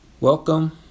Welcome